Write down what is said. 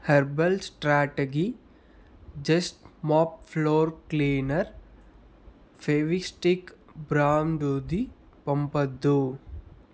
herbal strategy just mop floor cleaner Fevistik బ్రాండుది పంపవద్దు